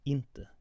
Inte